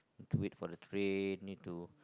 to wait for the train need to